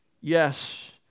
Yes